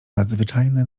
nadzwyczajne